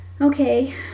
Okay